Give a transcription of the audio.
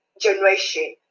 generation